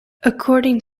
according